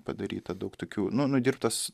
padaryta daug tokių nu nudirbtas